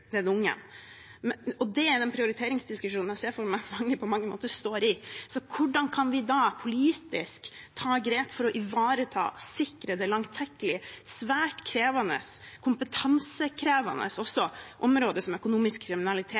Det er den prioriteringsdiskusjonen jeg ser for meg at mange står i. Hvordan kan vi da politisk ta grep for å ivareta og sikre det langtekkelige, svært krevende, kompetansekrevende området som økonomisk kriminalitet